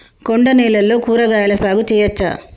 కొండ నేలల్లో కూరగాయల సాగు చేయచ్చా?